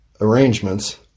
arrangements